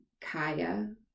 Kaya